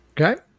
Okay